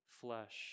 flesh